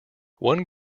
one